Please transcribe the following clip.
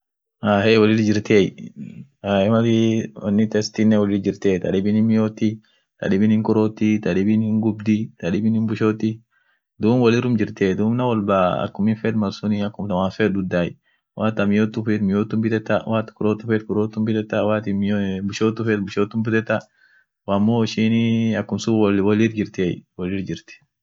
mugutiyaanii, woni sun lachu hinfeduei. won sun dukub gugurda kabdi